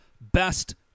best